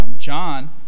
John